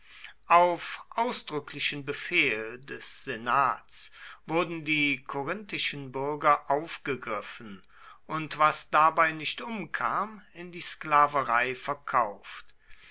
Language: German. auf ausdrücklichen befehl des senats wurden die korinthischen bürger aufgegriffen und was dabei nicht umkam in die sklaverei verkauft